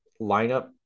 lineup